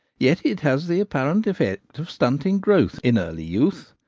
yet it has the apparent effect of stunting growth in early youth.